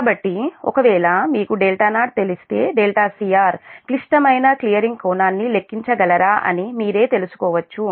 కాబట్టి ఒకవేళ మీకు0 తెలిస్తే cr క్లిష్టమైన క్లియరింగ్ కోణాన్ని లెక్కించగలరా అని మీరే తెలుసుకోవచ్చు